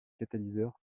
catalyseurs